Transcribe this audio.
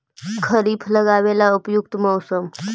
खरिफ लगाबे ला उपयुकत मौसम?